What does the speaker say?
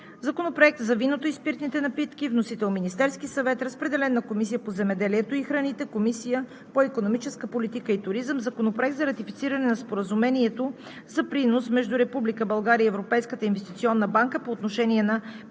Законопроект за виното и спиртните напитки. Вносител – Министерският съвет, разпределен на Комисията по земеделието и храните, Комисията по икономическа политика и туризъм. Законопроект за ратифициране на Споразумението за принос между Република България и Европейската инвестиционна банка по отношение на